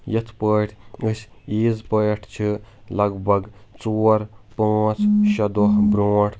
یِتھ پٲٹھۍ أسۍ عیٖز پٲٹھۍ چھِ لگ بگ ژور پانٛژھ شیٚے دۄہ برٛونٛٹھ